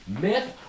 Myth